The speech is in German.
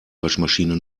waschmaschine